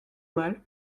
mal